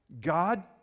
God